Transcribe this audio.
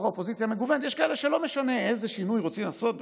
יש כאלה שלא משנה איזה שינוי רוצים לעשות,